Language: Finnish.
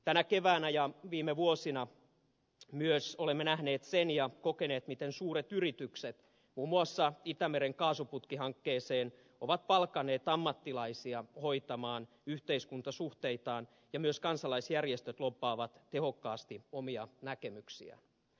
tänä keväänä ja viime vuosina myös olemme nähneet ja kokeneet sen miten suuret yritykset muun muassa itämeren kaasuputkihankkeeseen ovat palkanneet ammattilaisia hoitamaan yhteiskuntasuhteitaan ja myös kansalaisjärjestöt lobbaavat tehokkaasti omia näkemyksiään